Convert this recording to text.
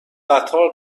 قطار